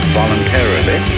voluntarily